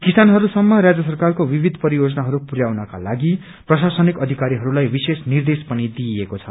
किसानहरू सम्म राज्य सरकारको विविध परियोजनाहरू पुर्याउनकालागि प्रशासनिक अधिकारीहरूलाई विशेष निर्देश पनि दिइएको छ